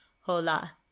hola